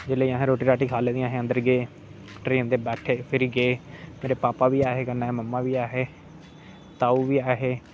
जिसले असें रोटी राटी खाई लेई अस अंदर गे ट्रेन च बैठे फिर गे मेरे पापा बी ऐ हे कन्ने ममा बी ऐ हे ताऊ बी ऐ हे